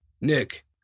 Nick